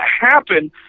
happen